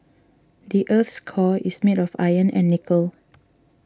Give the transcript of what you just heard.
the earth's core is made of iron and nickel